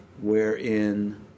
wherein